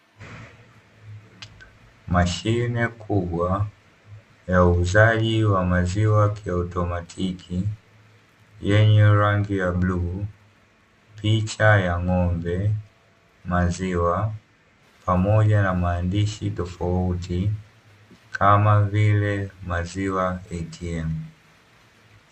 Mashine kubwa ya uuzaji wa maziwa kiotomatiki yenye rangi ya bluu, picha ya ng'ombe, maziwa pamoja na maandishi tofauti kama vile "maziwa ATM."